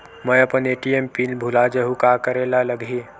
मैं अपन ATM PIN भुला जहु का करे ला लगही?